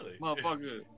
motherfucker